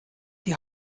die